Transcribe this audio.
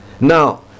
Now